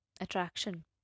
Attraction